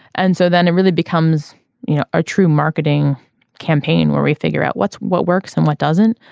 and so then it really becomes you know a true marketing campaign where we figure out what's what works and what doesn't.